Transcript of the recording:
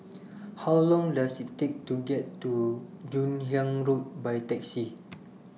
How Long Does IT Take to get to Joon Hiang Road By Taxi